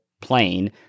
plane